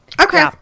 Okay